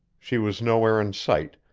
she was nowhere in sight,